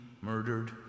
murdered